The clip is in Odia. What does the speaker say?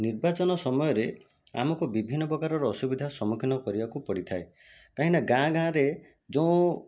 ନିର୍ବାଚନ ସମୟରେ ଆମକୁ ବିଭିନ୍ନ ପ୍ରକାରର ଅସୁବିଧା ସମ୍ମୁଖୀନ କରିବାକୁ ପଡ଼ିଥାଏ କାହିଁ ନା ଗାଁ ଗାଁରେ ଯେଉଁ